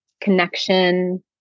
connection